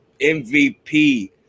MVP